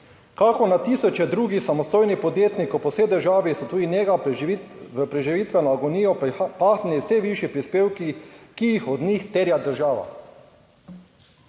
kako na tisoče drugih samostojnih podjetnikov po vsej državi so tudi njega v preživitveno agonijo pahnili vse višji prispevki, ki jih od njih terja država.